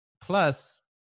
plus